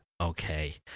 Okay